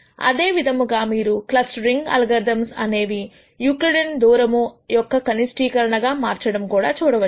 అదే విధముగా మీరు క్లస్టరింగ్ అల్గోరిథమ్స్ అనేవి యూక్లిడియన్ దూరము యొక్క కనిష్టీకరణ గా మారడం చూడవచ్చు